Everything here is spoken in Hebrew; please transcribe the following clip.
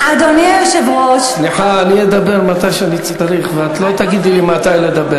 אבל זה לא הזכות שלך לדבר